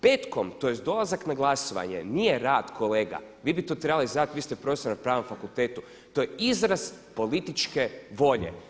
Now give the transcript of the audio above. Petkom, tj. dolazak na glasovanje nije rad kolega, vi bi to trebali znati, vi ste profesor na pravnom fakultetu, to je izraz političke volje.